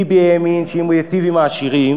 ביבי האמין שאם הוא ייטיב עם העשירים,